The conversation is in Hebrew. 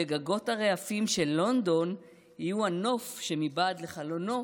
וגגות הרעפים של לונדון יהיו הנוף שמבעד לחלונו